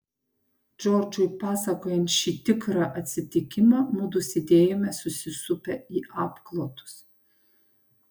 džordžui pasakojant šį tikrą atsitikimą mudu sėdėjome susisupę į apklotus